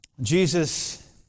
Jesus